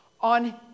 on